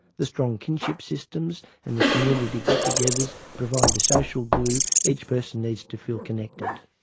the strong kinship systems and the community get-togethers provide the social glue each person needs to feel connected.